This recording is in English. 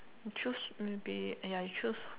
you choose maybe ya you choose